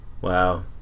Wow